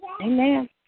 Amen